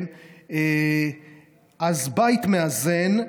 אז בית מאזן.